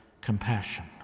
compassion